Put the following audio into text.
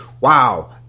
wow